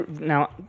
now